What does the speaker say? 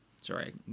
sorry